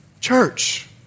Church